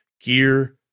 gear